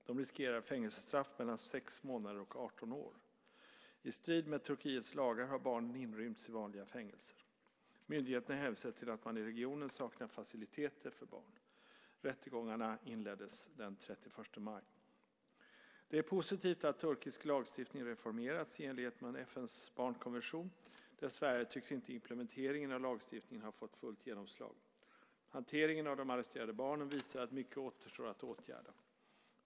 De riskerar fängelsestraff på mellan 6 månader och 18 år. I strid med Turkiets lagar har barnen inrymts i vanliga fängelser. Myndigheterna hänvisar till att man i regionen saknar faciliteter för barn. Rättegångarna inleddes den 31 maj. Det är positivt att turkisk lagstiftning har reformerats i enlighet med FN:s barnkonvention. Dessvärre tycks inte implementeringen av lagstiftningen ha fått fullt genomslag. Hanteringen av de arresterade barnen visar att mycket återstår att åtgärda.